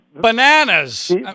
bananas